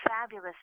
fabulous